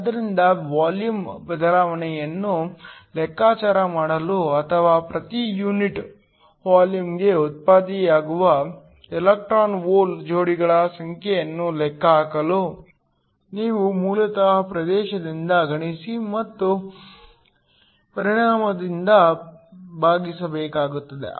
ಆದ್ದರಿಂದ ವಾಲ್ಯೂಮ್ ಬದಲಾವಣೆಯನ್ನು ಲೆಕ್ಕಾಚಾರ ಮಾಡಲು ಅಥವಾ ಪ್ರತಿ ಯೂನಿಟ್ ವಾಲ್ಯೂಮ್ಗೆ ಉತ್ಪತ್ತಿಯಾಗುವ ಎಲೆಕ್ಟ್ರಾನ್ ಹೋಲ್ ಜೋಡಿಗಳ ಸಂಖ್ಯೆಯನ್ನು ಲೆಕ್ಕಹಾಕಲು ನೀವು ಮೂಲತಃ ಪ್ರದೇಶದಿಂದ ಗುಣಿಸಿ ಮತ್ತು ಪರಿಮಾಣದಿಂದ ಭಾಗಿಸಬೇಕಾಗುತ್ತದೆ